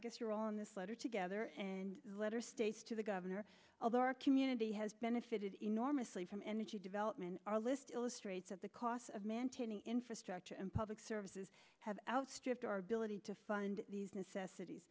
guess you're all in this letter together and letter states to the governor although our community has benefited enormously from energy development our list illustrates of the costs of man to the infrastructure and public services have outstripped our ability to find these necessities